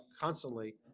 constantly